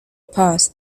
pass